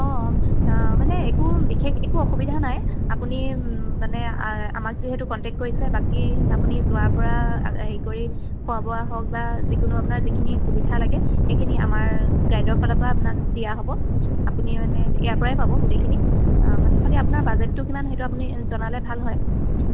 অ' মানে একো বিশেষ একো অসুবিধা নাই আপুনি আমাক যিহেতু কণ্টেক্ট কৰিছে বাকী আপুনি যোৱা পৰা হেৰি কৰি খোৱা বোৱা হওক বা যিকোনো আপোনাৰ যিখিনি সুবিধা লাগে সেইখিনি আমাৰ গাইডৰ ফালৰ পৰা আপোনাক দিয়া হ'ব আপুনি মানে ইয়াৰ পৰাই পাব গোটেইখিনি মানে খালী আপোনাৰ বাজেটটো কিমান সেইটো আপুনি জনালে ভাল হয়